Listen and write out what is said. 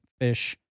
fish